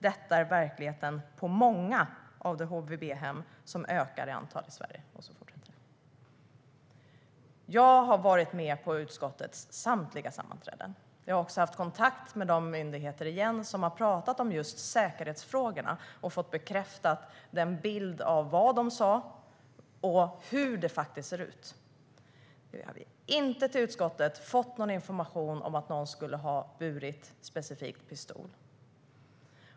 Detta är verkligheten på många av de HVB-hem som ökar i antal i Sverige", och så fortsätter det. Jag har varit med på utskottets samtliga sammanträden. Jag har också haft kontakt igen med de myndigheter som har pratat om just säkerhetsfrågorna och fått bekräftat min bild av vad de sa och hur det faktiskt ser ut. Vi har till utskottet inte fått information om att någon ska ha burit specifikt pistol.